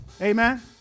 Amen